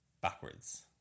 backwards